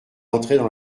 entraient